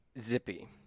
Zippy